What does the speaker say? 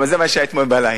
אבל זה מה שהיה אתמול בלילה.